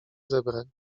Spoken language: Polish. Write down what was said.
zebrań